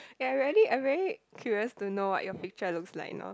I very I very curious to know what your picture looks like now